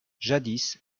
jadis